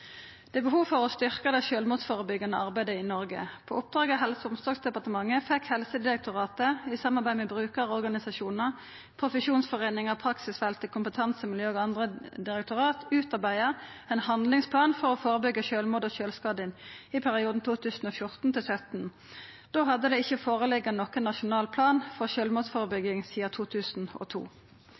Det er behov for å styrkja det sjølvmordsførebyggjande arbeidet i Noreg. På oppdrag frå Helse- og omsorgsdepartementet fekk Helsedirektoratet, i samarbeid med brukarorganisasjonar, profesjonsforeiningar, praksisfeltet, kompetansemiljø og andre direktorat, utarbeidd ein handlingsplan for å førebyggja sjølvmord og sjølvskading i perioden 2014–2017. Da hadde det ikkje vore nokon nasjonal plan for sjølvmordsførebygging sidan 2002.